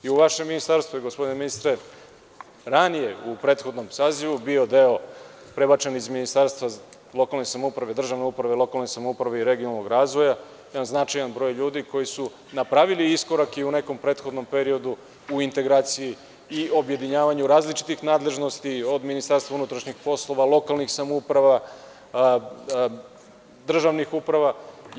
Gospodine ministre, u vašem ministarstvu je ranije u prethodnom sazivu bio prebačen iz Ministarstva državne uprave i lokalne samouprave i regionalnog razvoja jedan značajan broj ljudi koji su napravili iskorak i u nekom prethodnom periodu u integraciji i objedinjavanju različitih nadležnosti, od Ministarstva unutrašnjih poslova, lokalnih samouprava, državnih uprava, itd.